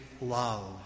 love